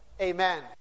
Amen